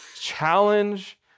challenge